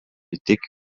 tik